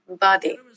body